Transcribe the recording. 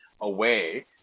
away